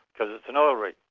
because it's an oil-rig.